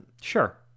Sure